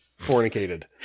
fornicated